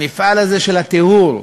המפעל הזה של הטיהור,